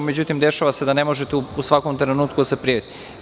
Međutim, dešava se da ne možete u svakom trenutku da se prijavite.